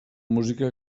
música